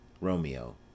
ROMEO